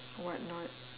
what not